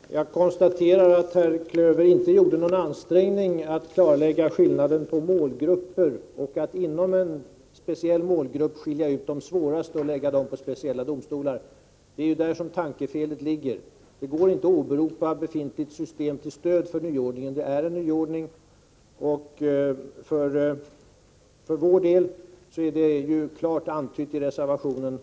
Herr talman! Jag konstaterar att herr Klöver inte gjorde någon ansträngning för att klarlägga skillnaden beträffande målgrupper och när det gäller att inom en speciell målgrupp skilja ut de svåraste och lägga dem på speciella domstolar. Det är där tankefelet ligger. Det går inte att åberopa det befintliga systemet till stöd för denna nyordning, för det är en nyordning. Och för vår del är det klart antytt i reservationen